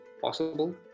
possible